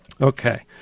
Okay